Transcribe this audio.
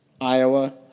Iowa